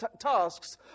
tasks